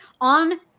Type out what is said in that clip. on